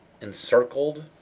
encircled